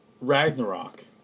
Ragnarok